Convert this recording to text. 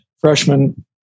freshman